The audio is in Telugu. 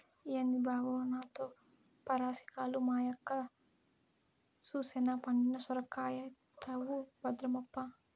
ఏంది బావో నాతో పరాసికాలు, మా యక్క సూసెనా పండిన సొరకాయైతవు భద్రమప్పా